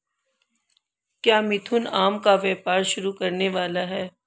क्या मिथुन आम का व्यापार शुरू करने वाला है?